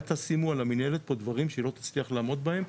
אל תשימו על המינהלת פה דברים שהיא לא תצליח לעמוד בהם.